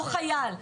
או חייל.